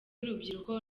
urubyiruko